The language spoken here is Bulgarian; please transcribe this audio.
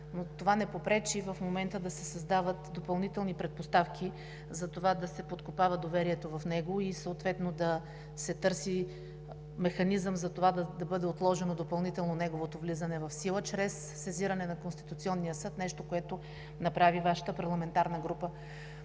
това не попречи в момента да се създават допълнителни предпоставки да се подкопава доверието в него и съответно да се търси механизъм за това да бъде отложено допълнително неговото влизане в сила, чрез сезиране на Конституционния съд – нещо, което направи Вашата парламентарна група.